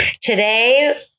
Today